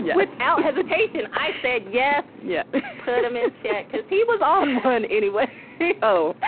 yeah without hesitation. i said, yes yeah put him in check, because he was on one, anyway oh,